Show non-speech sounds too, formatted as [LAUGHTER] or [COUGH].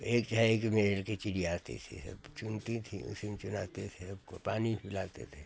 एक है [UNINTELLIGIBLE] एक मेल की चिड़िया आती थी सब चुनती थी उसी में चुनाते थे उनको पानी पिलाते थे